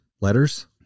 Letters